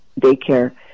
daycare